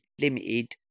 limited